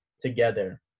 together